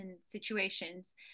situations